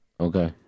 Okay